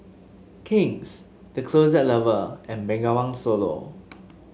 King's The Closet Lover and Bengawan Solo